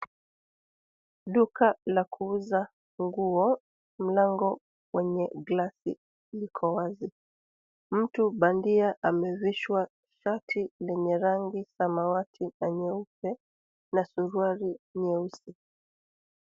Duka la kuuza nguo mlango wenye gilasi uko wazi. Mtu bandia amevishwa shati lenye rangi samawati na nyeupe na suruali nyeusi.